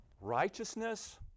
Righteousness